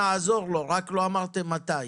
רק שלא אמרתם מתי.